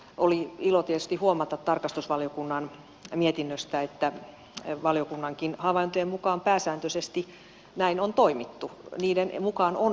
oli ilo tietysti huomata tarkastusvaliokunnan mietinnöstä että valiokunnankin havaintojen mukaan pääsääntöisesti näin on toimittu niiden mukaan on eletty